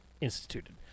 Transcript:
instituted